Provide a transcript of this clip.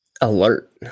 alert